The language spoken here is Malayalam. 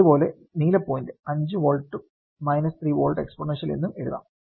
അതേ പോലെ നീല പോയിന്റ്5 വോൾട്ട് 3 വോൾട്ട് എക്സ്പോണൻഷ്യൽ എന്നും എഴുതാം